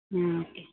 okay